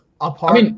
apart